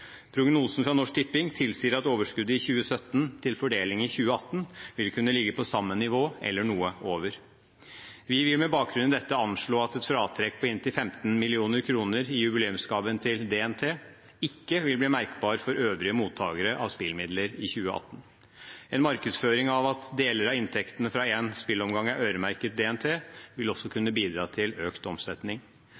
Prognosen fra Norsk Tipping tilsier at overskuddet i 2017 til fordeling i 2018 vil kunne ligge på samme nivå eller noe over. Vi vil med bakgrunn i dette anslå at et fratrekk på inntil 15 mill. kr i jubileumsgave til DNT ikke vil bli merkbart for øvrige mottakere av spillemidler i 2018. En markedsføring av at deler av inntektene fra en spilleomgang er øremerket DNT, vil også